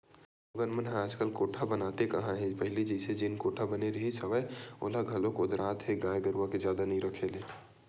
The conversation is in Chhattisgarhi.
लोगन मन ह आजकल कोठा बनाते काँहा हे पहिली जइसे जेन कोठा बने रिहिस हवय ओला घलोक ओदरात हे गाय गरुवा के जादा नइ रखे ले